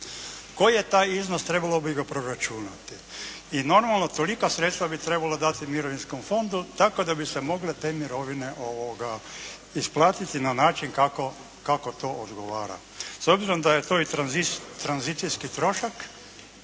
Koji je taj iznos, trebalo bi ga proračunati. I normalno tolika sredstva bi trebalo dati Mirovinskom fondu tako da bi se mogle te mirovine isplatiti na način kako to odgovara. S obzirom da je to i tranzicijski trošak